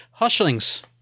Hushlings